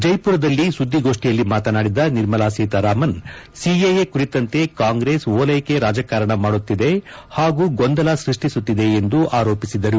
ಜೈಪುರದಲ್ಲಿ ನಡೆದ ಸುದ್ದಿಗೋಷ್ಟಿಯಲ್ಲಿ ಮಾತನಾಡಿದ ನಿರ್ಮಲಾ ಸೀತಾರಾಮನ್ ಸಿಎಎ ಕುರಿತಂತೆ ಕಾಂಗ್ರೆಸ್ ಓಲ್ಯೆಕೆ ರಾಜಕಾರಣ ಮಾಡುತ್ತಿದೆ ಹಾಗೂ ಗೊಂದಲ ಸೃಷ್ಷಿಸುತ್ತಿದೆ ಎಂದು ಆರೋಪಿಸಿದರು